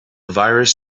virus